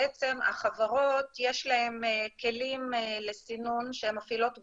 בעצם לחברות יש כלים לסינון שהן מפעילות ברשת,